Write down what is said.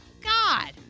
God